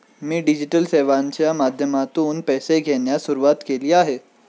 मी digital सेवांच्या माध्यमातून पैसे घेण्यास सुरुवात केली आहे